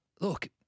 Look